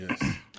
Yes